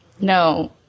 No